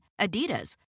Adidas